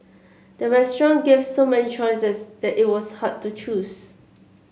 the restaurant gave so many choices that it was hard to choose